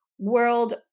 world